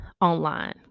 online